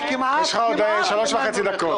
יש לך עוד שלוש וחצי דקות.